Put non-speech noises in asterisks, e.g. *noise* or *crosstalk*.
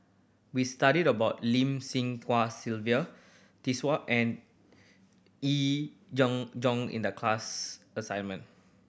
we studied about Lim *unintelligible* Sylvia *unintelligible* and Yee John Jong in the class assignment